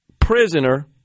prisoner